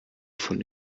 von